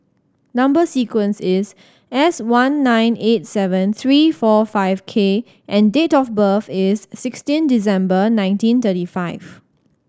number sequence is S one nine eight seven three four five K and date of birth is sixteen December nineteen thirty five